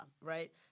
right